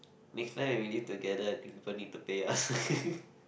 next time we really together i think people need to pay us